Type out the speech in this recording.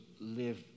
live